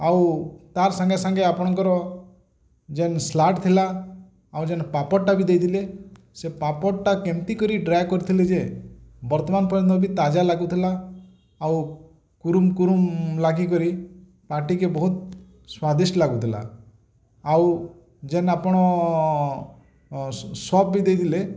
ଆଉ ତାର୍ ସାଙ୍ଗେ ସାଙ୍ଗେ ଆପଣଙ୍କର ଯେନ୍ ସାଲାଡ଼୍ ଥିଲା ଆଉ ଯେନ୍ ପାପଡ଼୍ଟା ବି ଦେଇଥିଲେ ସେ ପାପଡ଼୍ଟା କେମ୍ତି କରି ଡ୍ରାଏ କରିଥିଲେ ଯେ ବର୍ତ୍ତମାନ ପର୍ଯ୍ୟନ୍ତ ବି ତାଜା ଲାଗୁଥିଲା ଆଉ କୁରୁମ୍ କୁରୁମ୍ ଲାଗିକରି ପାଟିକି ବହୁତ ସ୍ୱାଦିଷ୍ଟ ଲାଗୁଥିଲା ଆଉ ଯେନ୍ ଆପଣ ସପ୍ ବି ଦେଇଥିଲେ